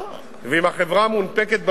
ואם החברה המונפקת בבורסה,